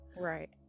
right